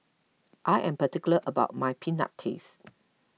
I am particular about my Peanut Paste